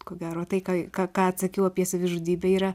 ko gero tai ką ką atsakiau apie savižudybę yra